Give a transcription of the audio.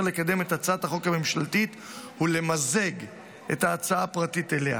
לקדם את הצעת החוק הממשלתית ולמזג את ההצעה הפרטית אליה.